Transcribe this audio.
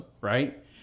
Right